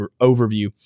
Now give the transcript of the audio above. overview